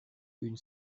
une